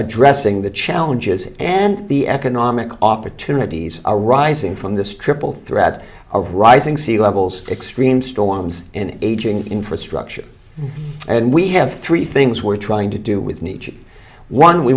addressing the challenges and the economic opportunities are rising from this triple threat of rising sea levels extreme storms and aging infrastructure and we have three things we're trying to do with nature one we